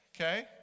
Okay